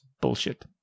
bullshit